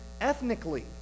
ethnically